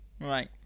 right